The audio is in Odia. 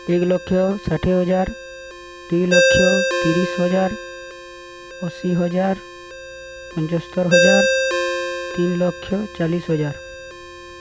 ଏକ ଲକ୍ଷ ଷାଠିଏ ହଜାର ଦୁଇ ଲକ୍ଷ ତିରିଶି ହଜାର ଅଶୀ ହଜାର ପଞ୍ଚସ୍ତରି ହଜାର ତିନି ଲକ୍ଷ ଚାଲିଶି ହଜାର